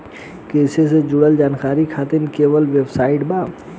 कृषि से जुड़ल जानकारी खातिर कोवन वेबसाइट बा?